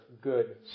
good